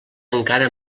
encara